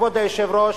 כבוד היושב-ראש,